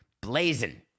blazing